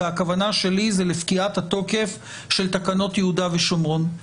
והכוונה שלי זה לפקיעת התוקף של תקנות יהודה ושומרון.